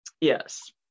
yes